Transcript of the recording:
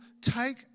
Take